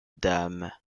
dame